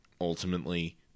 ultimately